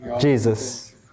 Jesus